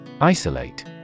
Isolate